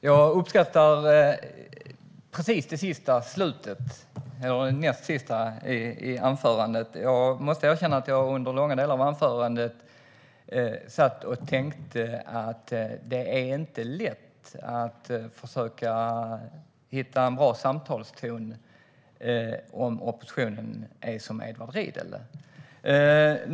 Herr talman! Jag uppskattar det näst sista i anförandet. Jag måste erkänna att jag under långa delar av anförandet satt och tänkte att det inte är lätt att försöka hitta en bra samtalston om oppositionen är som Edward Riedl.